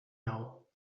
now